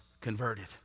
converted